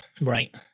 Right